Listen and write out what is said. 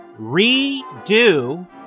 redo